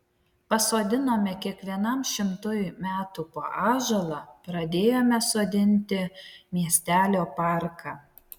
pasodinome kiekvienam šimtui metų po ąžuolą pradėjome sodinti miestelio parką